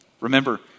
Remember